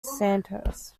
sandhurst